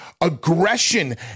aggression